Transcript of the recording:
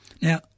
Now